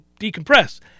decompress